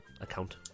account